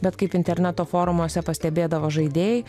bet kaip interneto forumuose pastebėdavo žaidėjai